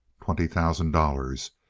twenty thousand dollars!